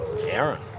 Aaron